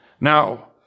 Now